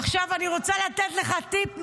עכשיו אני רוצה לתת לך טיפ מסחבק.